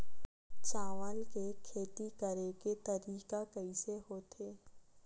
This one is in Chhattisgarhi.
चावल के खेती करेके तरीका कइसे होथे?